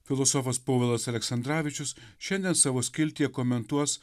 filosofas povilas aleksandravičius šiandien savo skiltyje komentuos